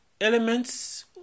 elements